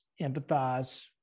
empathize